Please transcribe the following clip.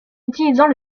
utilisant